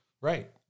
right